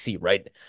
right